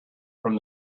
from